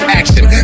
action